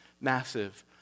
massive